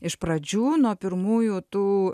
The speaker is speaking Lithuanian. iš pradžių nuo pirmųjų tų